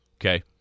Okay